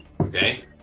Okay